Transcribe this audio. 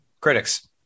critics